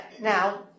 Now